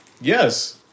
Yes